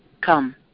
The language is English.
come